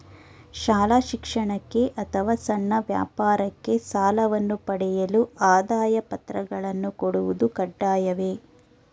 ಶಾಲಾ ಶಿಕ್ಷಣಕ್ಕೆ ಅಥವಾ ಸಣ್ಣ ವ್ಯಾಪಾರಕ್ಕೆ ಸಾಲವನ್ನು ಪಡೆಯಲು ಆದಾಯ ಪತ್ರಗಳನ್ನು ಕೊಡುವುದು ಕಡ್ಡಾಯವೇ?